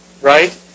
right